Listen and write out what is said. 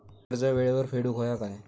कर्ज येळेवर फेडूक होया काय?